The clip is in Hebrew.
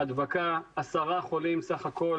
הדבקה, עשרה חולים סך הכול